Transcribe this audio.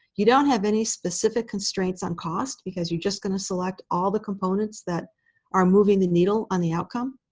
you don't have any specific constraints on cost because you're just going to select all the components that are moving the needle on the outcome.